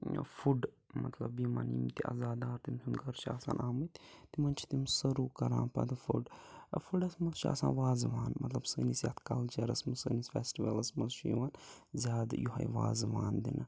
food مَطلب یِمَن یِم تہِ اَزادار تٔمۍ سُنٛد گرٕ چھِ آسان آمٕتۍ تِمَن چھِ تِم سٔرٕو کَران پَتہٕ فُڈ فُڈَس منٛز چھِ آسان وازوان مطلب سٲنِس یَتھ کَلچَرَس منٛز سٲنِس فٮ۪سٹِوَلَس منٛز چھُ یِوان زیادٕ یِہوٚے وازوان دِنہٕ